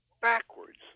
backwards